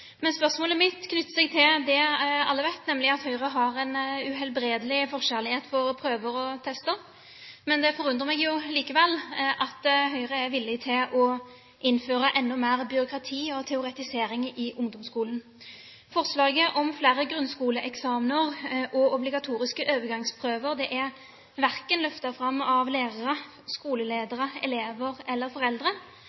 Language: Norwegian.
Det forundrer meg likevel at Høyre er villig til å innføre enda mer byråkrati og teoretisering i ungdomsskolen. Forslaget om flere grunnskoleeksamener og obligatoriske overgangsprøver er verken løftet fram av lærere,